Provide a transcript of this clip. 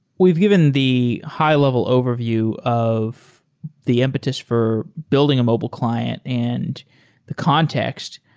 we've given the high level overview of the impetus for building a mobile client and the context.